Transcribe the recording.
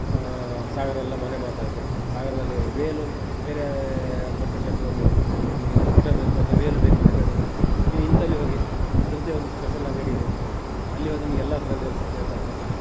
ಸಾಗರ ಎಲ್ಲಾ ಮನೆ ಮಾತಾಯಿತು ಸಾಗರದಲ್ಲಿ ವೇಲು ಅಂತ ಬೇರೇ ಬಟ್ಟೆ ಶಾಪಿಗೋಗಿ ನಮಗೆ ದುಪ್ಪಟ್ಟ ಬೇಕು ಅಥ್ವಾ ವೇಲು ಬೇಕು ಅಂತ ಕೇಳಿದಾಗ ನೀವು ಇಂತಲ್ಲಿ ಹೋಗಿ ಅದರದ್ದೇ ಒಂದು ಸ್ಪೆಷಲ್ ಅಂಗಡಿ ಇದೆ ಅಲ್ಲಿ ಹೋದ್ರೆ ನಿಮಗೆಲ್ಲಾ ಥರ ವೇಲ್ ಸಿಕ್ತದೆ ಅಂತಾಯಿತು